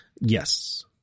Yes